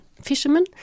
fishermen